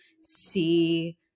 see